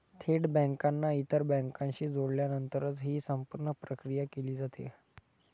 थेट बँकांना इतर बँकांशी जोडल्यानंतरच ही संपूर्ण प्रक्रिया केली जाते